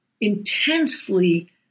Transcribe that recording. intensely